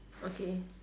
okay